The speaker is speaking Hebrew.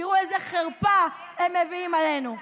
תראו איזו חרפה הם מביאים עלינו.